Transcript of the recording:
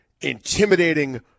intimidating